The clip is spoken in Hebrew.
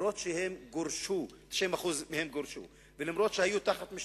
אף-על-פי שהם גורשו, 90% מהם גורשו, ואף-על-פי